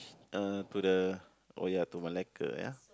Uh to the oh ya to Malacca ya